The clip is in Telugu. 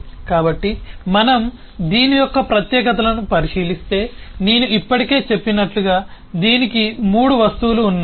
కాబట్టి మనం దీని యొక్క ప్రత్యేకతలను పరిశీలిస్తే నేను ఇప్పటికే చెప్పినట్లుగా దీనికి మూడు వస్తువులు ఉన్నాయి